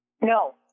No